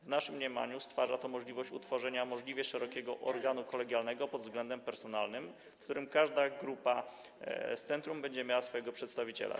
W naszym mniemaniu stwarza to możliwość utworzenia możliwie szerokiego organu kolegialnego pod względem personalnym, w którym każda grupa z centrum będzie miała swojego przedstawiciela.